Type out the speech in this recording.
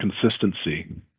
consistency